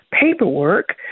paperwork